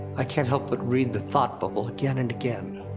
i can't help but read the thought bubble, again and again.